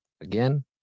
Again